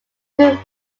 through